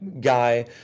guy